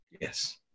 Yes